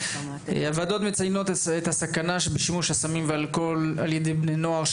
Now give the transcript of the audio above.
הוועדות מציינות את הסכנה שבשימוש בסמים ובאלכוהול על ידי בני נוער,